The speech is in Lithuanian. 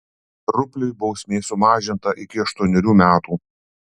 rupliui bausmė sumažinta iki aštuonerių metų